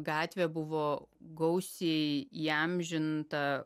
gatvė buvo gausiai įamžinta